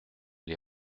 les